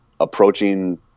approaching